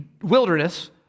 wilderness